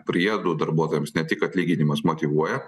priedų darbuotojams ne tik atlyginimas motyvuoja